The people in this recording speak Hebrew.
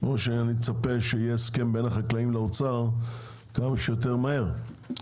או שאני מצפה שיהיה הסכם בין החקלאים לאוצר כמה שיותר מהר,